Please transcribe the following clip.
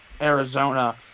Arizona